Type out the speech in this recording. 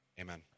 Amen